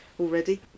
already